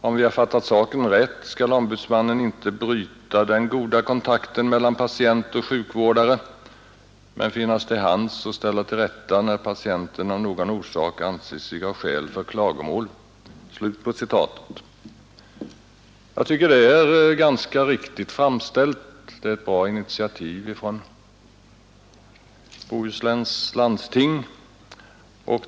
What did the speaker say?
Om vi har fattat saken rätt skall ombudsmannen inte bryta den goda kontakten mellan patient och sjukvårdare, men finnas till hands och ställa till rätta när patienten av någon orsak anser sig ha skäl för klagomål.” Jag tycker det är riktigt framställt och att det är ett bra initiativ från Bohusläns landsting.